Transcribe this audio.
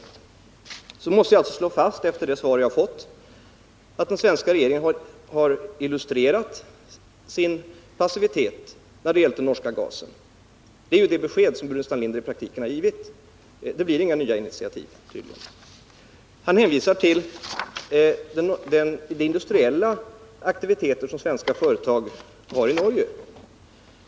Efter det svar som jag fått måste jag slå fast att den svenska regeringen har illustrerat sin passivitet när det gäller den norska gasen. Det blir tydligen inga nya initiativ — det är ju det besked som Staffan Burenstam Linder i praktiken har gett. Han hänvisade till svenska företags industriella aktiviteter i Norge.